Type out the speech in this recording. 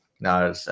No